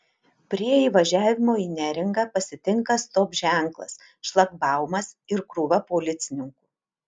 prie įvažiavimo į neringą pasitinka stop ženklas šlagbaumas ir krūva policininkų